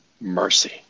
mercy